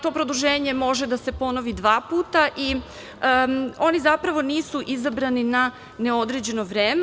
To produženje može da se ponovi dva puta i oni zapravo nisu izabrani na neodređeno vreme.